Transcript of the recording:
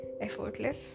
effortless